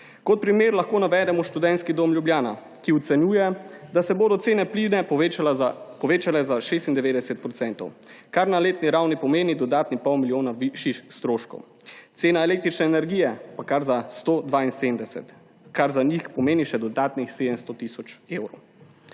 Kot primer lahko navedemo Študentski dom Ljubljana, ki ocenjuje, da se bodo cene plina povečale za 96 %, kar na letni ravni pomeni dodatnih pol milijona višjih stroškov, cena električne energije pa kar za 172 %, kar za njih pomeni še dodatnih 700 tisoč evrov.